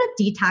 detox